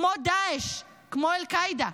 כמו דאעש, כמו אל-קאעידה.